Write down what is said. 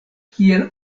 kiel